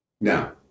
Now